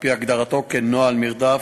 על-פי הגדרתו כ"נוהל מרדף"